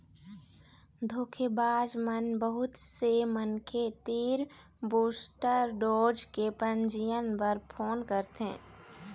धोखेबाज मन बहुत से मनखे तीर बूस्टर डोज के पंजीयन बर फोन करथे